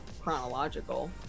chronological